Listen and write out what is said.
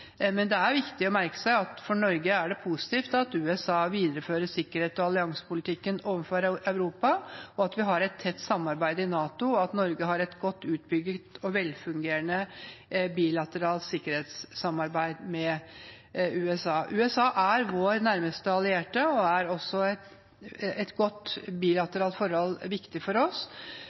men det er viktig å merke seg at for Norge er det positivt at USA viderefører sikkerhets- og alliansepolitikken overfor Europa, at vi har et tett samarbeid i NATO, og at Norge har et godt utbygd og velfungerende bilateralt sikkerhetssamarbeid med USA. USA er vår nærmeste allierte, og et godt bilateralt forhold er viktig for oss.